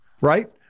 right